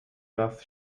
earth